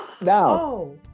now